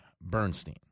Bernstein